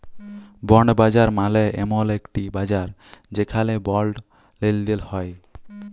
bond বাজার মালে এমল একটি বাজার যেখালে বন্ড লেলদেল হ্য়েয়